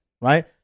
Right